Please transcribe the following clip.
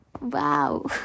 Wow